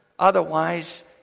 Otherwise